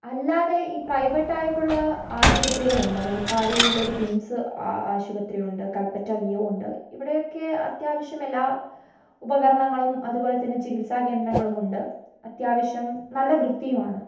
അല്ലാതെ ഈ പ്രൈവറ്റ് ആയിട്ടുള്ള ആശുപത്രികളുണ്ട് മേപ്പാടിയിൽ ഒരു മിംസ് ആശുപത്രി ഉണ്ട് കല്പറ്റ ലിയോ ഉണ്ട് ഇവിടെ ഒക്കെ അത്യാവശ്യം എല്ലാ ഉപകരണങ്ങളും അതുപോലെ തന്നെ ചികിത്സ കേന്ദ്രങ്ങളുമുണ്ട് അത്യാവശ്യം നല്ല വൃത്തിയുമാണ്